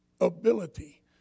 ability